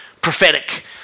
Prophetic